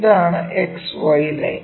ഇതാണ് XY line